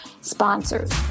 sponsors